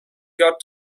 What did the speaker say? got